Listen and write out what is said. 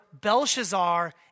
Belshazzar